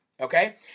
Okay